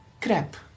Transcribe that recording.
crap